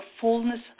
fullness